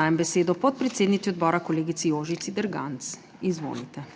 dajem besedo podpredsednici odbora, kolegici Jožici Derganc. Izvolite.